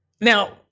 Now